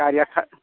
गारिया खा